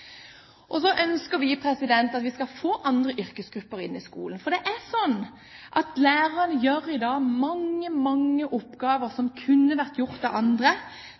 Så ønsker vi å få andre yrkesgrupper inn i skolen, for lærerne gjør i dag mange, mange oppgaver som kunne ha vært gjort av andre,